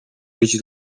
być